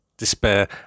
despair